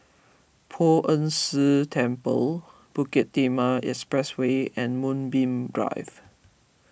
Poh Ern Shih Temple Bukit Timah Expressway and Moonbeam Drive